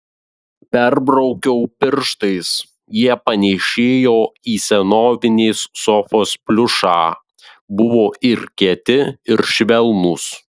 perbraukiau pirštais jie panėšėjo į senovinės sofos pliušą buvo ir kieti ir švelnūs